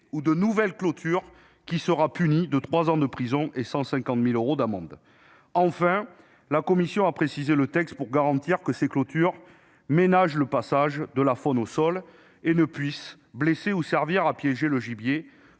de nouvelles clôtures, qui seront punies de trois ans de prison et de 150 000 euros d'amende. Enfin, la commission a précisé le texte pour garantir que ces clôtures ménagent le passage de la faune au sol et ne blessent pas ou ne piègent pas le gibier,